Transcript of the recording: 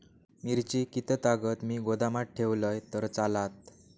मिरची कीततागत मी गोदामात ठेवलंय तर चालात?